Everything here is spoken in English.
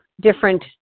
different